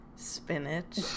Spinach